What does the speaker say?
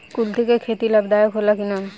कुलथी के खेती लाभदायक होला कि न?